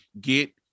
get